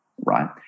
right